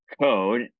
code